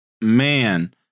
Man